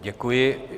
Děkuji.